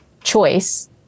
choice